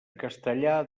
castellar